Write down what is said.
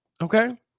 Okay